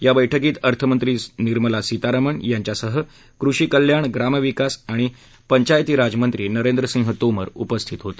या बैठकीत अर्थमंत्री निर्मला सीतारामण यांच्यासह कृषी कल्याण ग्रामविकास आणि पंचायतीराज मंत्री नरेंद्र सिंह तोमर उपस्थित होते